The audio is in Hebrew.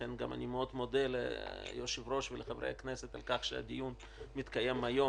לכן אני גם מאוד מודה ליושב-ראש ולחברי הכנסת על כך שהדיון מתקיים היום,